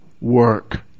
Work